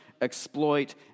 exploit